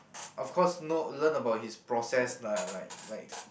of course know learn about his process lah like like